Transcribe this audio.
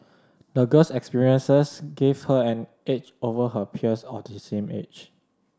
the girl's experiences gave her an edge over her peers of the same age